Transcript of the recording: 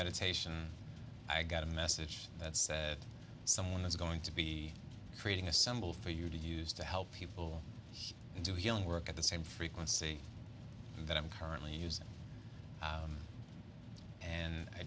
meditation i got a message that said someone is going to be creating a symbol for you to use to help people into healing work at the same frequency that i'm currently using and i